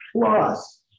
plus